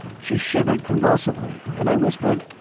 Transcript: she shivered convulsively, and i whispered,